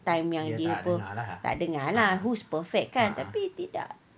time yang dia tak apa tak dengar lah who's perfect kan tapi tidak